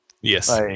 Yes